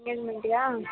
ಎಂಗೇಜ್ಮೆಂಟಿಗಾ